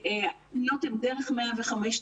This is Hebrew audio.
הפניות הן דרך 105,